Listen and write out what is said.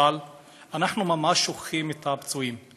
אבל אנחנו ממש שוכחים את הפצועים,